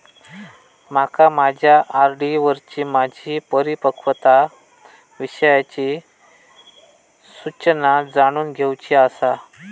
माका माझ्या आर.डी वरची माझी परिपक्वता विषयची सूचना जाणून घेवुची आसा